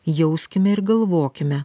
jauskime ir galvokime